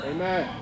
Amen